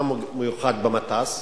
מה מיוחד במטס?